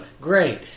Great